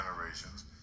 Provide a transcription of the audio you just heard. generations